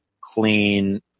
clean